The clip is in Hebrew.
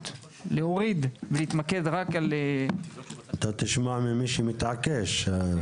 להוריד ולהתמקד רק --- אתה תשמע ממי שמתעקש.